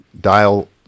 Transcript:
dial